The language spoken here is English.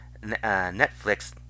Netflix